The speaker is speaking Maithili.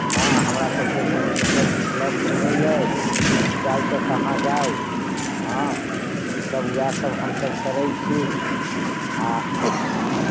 हँ हमरासभके कोनो दोसर विकल्प नहि अइ जे जाउ तऽ कहाँ जाउ हँ ईसभ उएहसभ हमसभ करैत छी आ